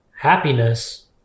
happiness